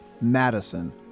Madison